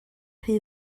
rhy